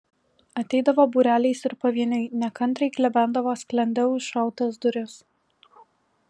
ateidavo būreliais ir pavieniui nekantriai klebendavo sklende užšautas duris